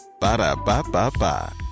ba-da-ba-ba-ba